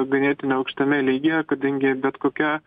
ganėtinai aukštame lygyje kadangi bet kokia